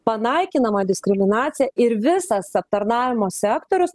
panaikinama diskriminacija ir visas aptarnavimo sektorius